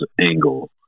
angle